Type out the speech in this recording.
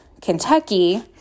Kentucky